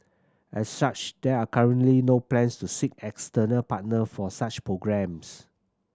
as such there are currently no plans to seek external partner for such programmes